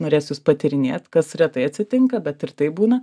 norės jus patyrinėt kas retai atsitinka bet ir taip būna